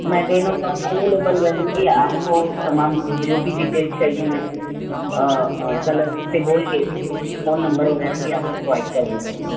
میں ten o'clock available رہوں گی آپ کو تمام جو بھی ڈٹیلس چاہیے میں کلرک سے بول کے فون نمبر وغیرہ بھی آپ کو پروائڈ کر دیتی ہوں